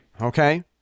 Okay